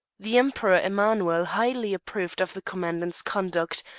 the emperor emanuel highly approved of the commandant's conduct,